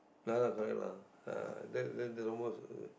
ah lah correct lah ah then then the most you